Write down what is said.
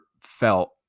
felt